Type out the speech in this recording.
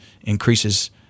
increases